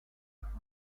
crimes